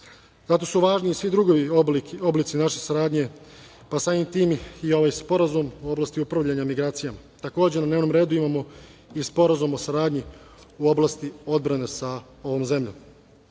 Zato su važni svi drugi oblici naše saradnje, pa samim tim i ovaj Sporazum u oblasti upravljanja migracijama. Takođe, na dnevnom redu imamo i Sporazum o saradnji u oblasti odbrane sa ovom